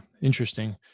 interesting